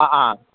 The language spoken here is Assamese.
অঁ অঁ